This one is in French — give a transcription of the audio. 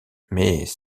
mais